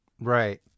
right